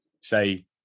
say